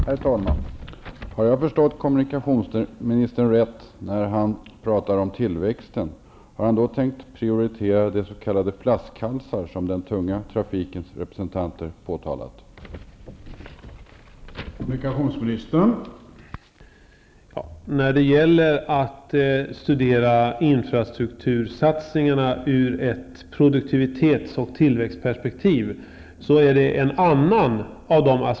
Herr talman! Jag fattade kommunikationsministern så, när han pratade om tillväxten, att han har tänkt prioritera de s.k. flaskhalsar som den tunga trafikens representanter påtalat.